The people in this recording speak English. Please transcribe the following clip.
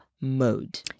mode